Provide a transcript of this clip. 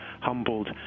humbled